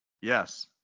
yes